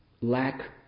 lack